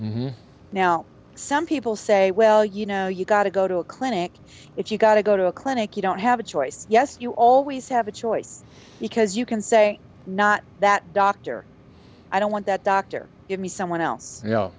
know some people say well you know you got to go to a clinic if you've got to go to a clinic you don't have a choice yes you always have a choice because you can say not that doctor i don't want that doctor give me someone else you know